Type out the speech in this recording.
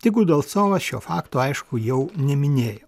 tik udalcovas šio fakto aišku jau neminėjo